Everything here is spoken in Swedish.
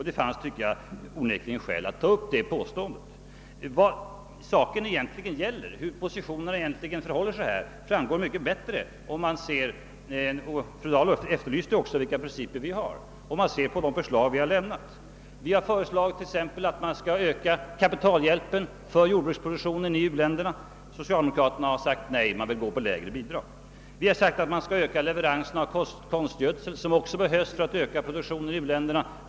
Det fanns onekligen åtminstone enligt min uppfatt ning — skäl att ta upp detta påstående. Fru Dahl efterlyste också vilka principer vi har. Det framgår om man ser på de förslag vi lagt fram. Vi har t.ex. föreslagit att man skall öka kapitalhjälpen för jordbruksproduktionen i u-länderna. Socialdemokraterna har sagt nej till detta och vill anslå lägre bidrag. Vi har menat att man skall öka leveranserna av konstgödsel som också behövs för att öka produktionen i u-länderna.